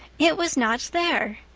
it was not there.